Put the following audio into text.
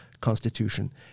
Constitution